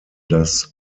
das